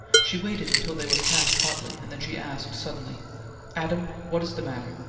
she waited until they were past hartley and then she asked suddenly adam, what is the matter?